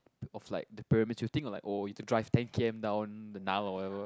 of like the pyramid you think like oh you to drive ten K_M down the Nile or whatever